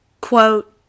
Quote